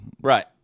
Right